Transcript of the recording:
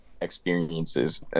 experiences